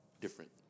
different